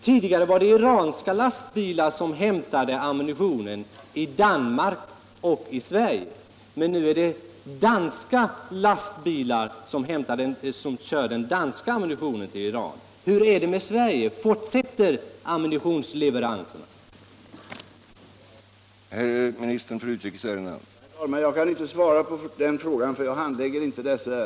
Tidigare var det iranska lastbilar som hämtade ammunitionen i Danmark och i Sverige, men nu är det danska lastbilar som kör den danska am munitionen till Iran. Hur är det med Sverige? Fortsätter ammunitions leveranserna från vårt land?